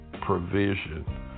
provision